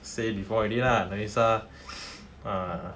say before already lah nerissa P~